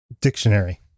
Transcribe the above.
dictionary